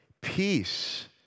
peace